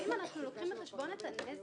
והאם אנחנו לוקחים בחשבון את הנזק?